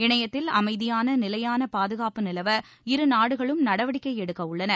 இணையத்தில் அமைதியான நிலையான பாதுகாப்பு நிலவ இருநாடுகளும் நடவடிக்கை எடுக்கவுள்ளன